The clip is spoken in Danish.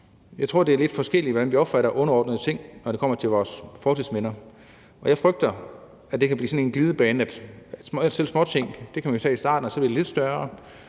jeg tror, det er lidt forskelligt, hvordan vi opfatter »underordnede ting«, når det kommer til vores fortidsminder, og jeg frygter, at det kan blive sådan en glidebane, sådan at småting kan man tage i starten, og så bliver det til lidt større